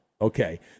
okay